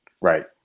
Right